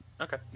Okay